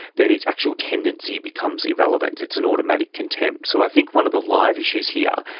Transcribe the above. then its actual tendency becomes irrelevant, it's an automatic contempt. so i think one of the live issues here,